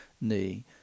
knee